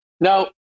now